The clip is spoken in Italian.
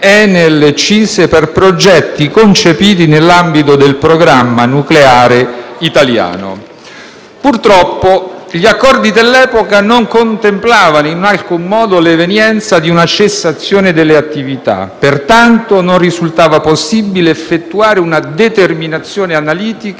Enel e CISE, per progetti concepiti nell'ambito del programma nucleare italiano. Purtroppo, gli accordi dell'epoca non contemplavano in alcun modo l'evenienza di una cessazione delle attività, pertanto non risultava possibile effettuare una determinazione analitica